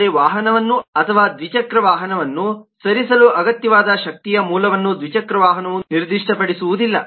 ಆದರೆ ವಾಹನವನ್ನು ಅಥವಾ ದ್ವಿಚಕ್ರ ವಾಹನವನ್ನು ಸರಿಸಲು ಅಗತ್ಯವಾದ ಶಕ್ತಿಯ ಮೂಲವನ್ನು ದ್ವಿಚಕ್ರ ವಾಹನವು ನಿರ್ದಿಷ್ಟಪಡಿಸುವುದಿಲ್ಲ